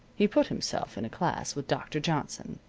he put himself in a class with dr. johnson,